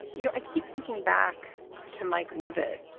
you know, i keep thinking back to mike leavitt,